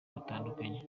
butandukanye